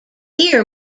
ear